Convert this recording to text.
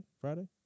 Friday